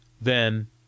Then